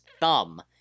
thumb